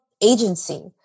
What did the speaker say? agency